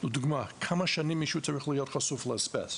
לדוגמה, כמה שנים מישהו צריך להיות חשוף לאסבסט.